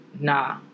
nah